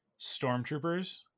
stormtroopers